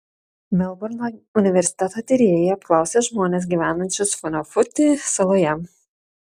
melburno universiteto tyrėjai apklausė žmones gyvenančius funafuti saloje